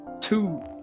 two